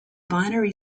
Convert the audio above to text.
binary